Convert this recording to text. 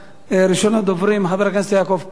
ראשון הדוברים, חבר הכנסת יעקב כץ,